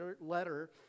letter